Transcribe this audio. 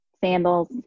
Sandals